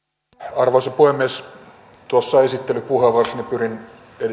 arvoisa puhemies tuossa esittelypuheenvuorossani pyrin